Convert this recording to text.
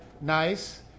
nice